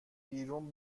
بیرون